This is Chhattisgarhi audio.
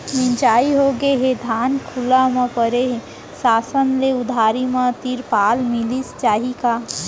मिंजाई होगे हे, धान खुला म परे हे, शासन ले उधारी म तिरपाल मिलिस जाही का?